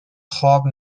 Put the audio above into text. خواب